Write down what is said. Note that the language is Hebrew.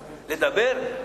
לדבר,